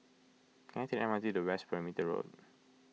can I take the M R T to West Perimeter Road